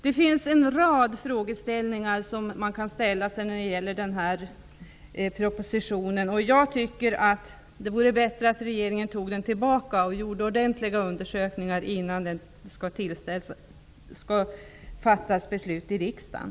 Det finns en rad frågor att ställa i anslutning till den här propositionen. Jag tycker att det vore bättre att regeringen tog tillbaka den och gjorde ordentliga undersökningar innan beslut skall fattas i riksdagen.